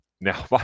Now